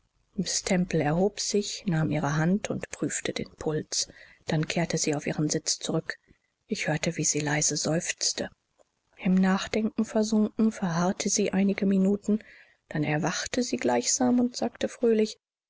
erhob sich nahm ihre hand und prüfte den puls dann kehrte sie auf ihren sitz zurück ich hörte wie sie leise seufzte in nachdenken versunken verharrte sie einige minuten dann erwachte sie gleichsam und sagte fröhlich